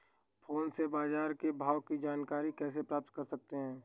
Phone से बाजार के भाव की जानकारी कैसे प्राप्त कर सकते हैं?